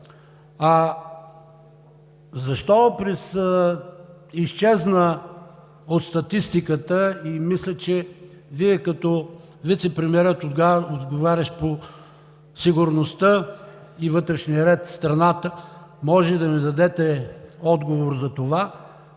Защо изчезна от статистиката? Мисля, че Вие като вицепремиер тогава, отговарящ по сигурността и вътрешния ред в страната, може да ни дадете отговор за това.